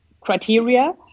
criteria